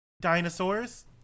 dinosaurs